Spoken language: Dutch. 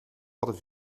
hadden